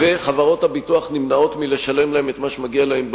וחברות הביטוח נמנעות מלשלם להם את מה שמגיע להם במועד,